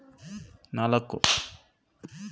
ಅಲ್ಪಾವಧಿ ಹೂಡಿಕೆಗೆ ಎಷ್ಟು ಆಯ್ಕೆ ಇದಾವೇ?